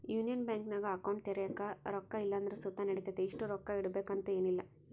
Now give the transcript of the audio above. union ಬ್ಯಾಂಕಿನಾಗ account ತೆರ್ಯಾಕ ರೊಕ್ಕ ಇಲ್ಲಂದ್ರ ಸುತ ನಡಿತತೆ, ಇಷ್ಟು ರೊಕ್ಕ ಇಡುಬಕಂತ ಏನಿಲ್ಲ